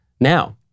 now